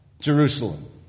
Jerusalem